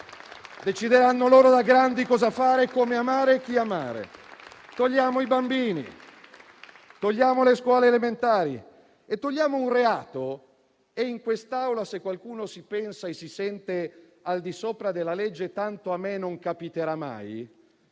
Decideranno loro, da grandi, cosa fare, come amare e chi amare. Togliamo i bambini, togliamo le scuole elementari e togliamo un reato. Tra l'altro, se qualcuno in quest'Aula si sente al di sopra della legge, perché tanto a lui non capiterà mai